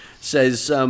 says